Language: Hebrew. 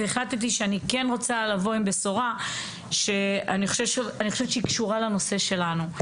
והחלטתי שאני כן רוצה לבוא עם בשורה שאני חושבת שהיא קשורה לנושא שלנו.